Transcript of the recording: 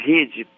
Rede